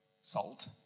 salt